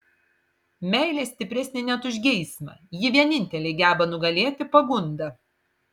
meilė stipresnė net už geismą ji vienintelė geba nugalėti pagundą